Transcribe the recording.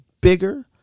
bigger